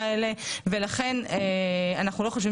קודם כל זה עובר לתוספת, נכון?